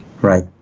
Right